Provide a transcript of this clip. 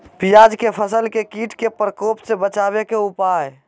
प्याज के फसल के कीट के प्रकोप से बचावे के उपाय?